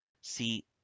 see